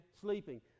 sleeping